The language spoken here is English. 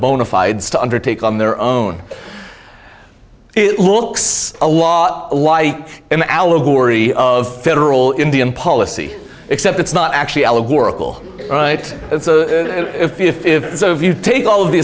bona fides to undertake on their own it looks a lot like an allegory of federal indian policy except it's not actually allegorical right if you take all of the